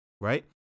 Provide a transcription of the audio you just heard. right